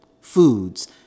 Foods